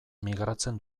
migratzen